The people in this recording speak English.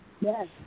Yes